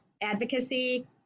Advocacy